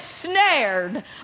snared